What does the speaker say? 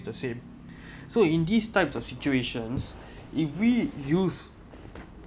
the same so in these types of situations if we use